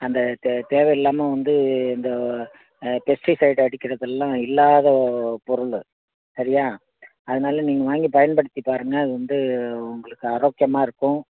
அந்த தே தேவைல்லாம வந்து இந்த பெஸ்டிசைட் அடிக்கிறதெல்லாம் இல்லாத பொருள் சரியாக அதனால் நீங்கள் வாங்கி பயன்படுத்திப் பாருங்கள் அது வந்து உங்களுக்கு ஆரோக்கியமா இருக்கும்